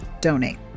donate